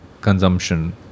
consumption